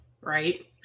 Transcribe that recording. Right